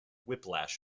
whiplash